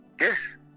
yes